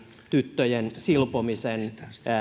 tyttöjen silpomisen